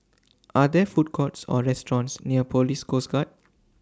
Are There Food Courts Or restaurants near Police Coast Guard